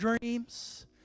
dreams